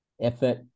effort